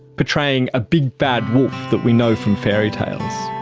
portraying a big bad wolf that we know from fairytales.